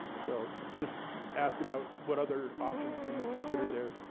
so just asking ah what other options can we consider there?